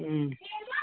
ꯎꯝ